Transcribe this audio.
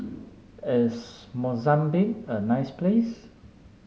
is Mozambique a nice place